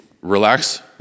relax